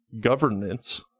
governance